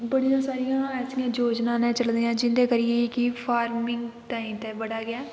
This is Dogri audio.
बड़ी सारीं ऐसी योजना न चली दियां जिं'दै करियै कि फार्मिंग ताईं ते बड़ा गै